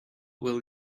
will